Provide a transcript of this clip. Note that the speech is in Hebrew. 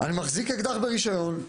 אני מחזיק אקדח ברישיון,